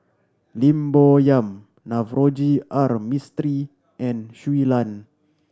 Lim Bo Yam Navroji R Mistri and Shui Lan